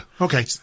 Okay